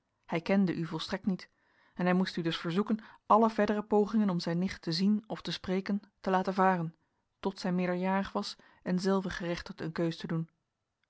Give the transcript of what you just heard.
hij kende u volstrekt niet en hij moest u dus verzoeken alle verdere pogingen om zijn nicht te zien of te spreken te laten varen tot zij meerderjarig was en zelve gerechtigd een keus te doen